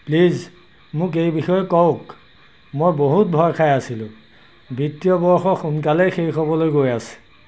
please মোক এই বিষয়ে কওক মই বহুত ভয় খাই আছিলো বিত্তীয় বৰ্ষ সোনকালেই শেষ হ'বলৈ গৈ আছে